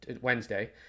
Wednesday